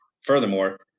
furthermore